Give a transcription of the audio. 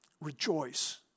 Rejoice